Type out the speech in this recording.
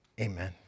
Amen